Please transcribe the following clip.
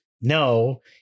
no